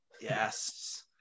yes